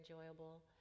enjoyable